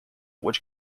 which